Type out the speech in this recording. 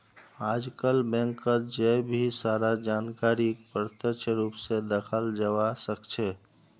आजकल बैंकत जय भी सारा जानकारीक प्रत्यक्ष रूप से दखाल जवा सक्छे